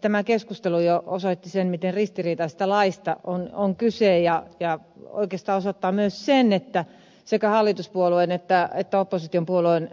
tämä keskustelu jo osoitti sen miten ristiriitaisesta laista on kyse ja oikeastaan osoittaa myös sen että sekä hallituspuolueiden että oppositiopuolueiden